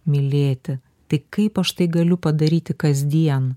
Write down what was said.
mylėti tai kaip aš tai galiu padaryti kasdien